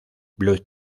blood